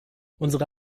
unsere